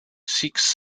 seeks